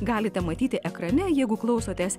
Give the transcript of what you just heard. galite matyti ekrane jeigu klausotės